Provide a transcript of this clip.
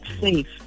safe